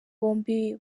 bombi